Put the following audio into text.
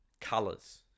colors